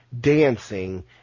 dancing